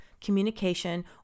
communication